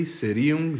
seriam